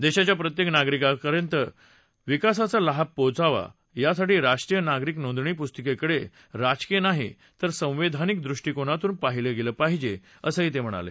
देशाच्या प्रत्येक नागरिकापर्यंत विकासाचा लाभ पोहोचावा यासाठी राष्ट्रीय नागरिक नोंदणी पुस्तिकेकडे राजकीय नाही तर संवैधानिक दृष्टिकोनातून पाहिलं गेलं पाहिजे असं त्यांनी सांगितलं